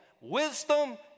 Wisdom